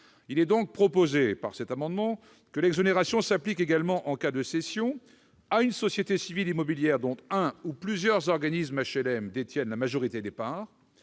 Il est proposé que l'exonération s'applique également en cas de cession à une société civile immobilière dont un ou plusieurs organismes d'HLM détiennent la majorité des parts.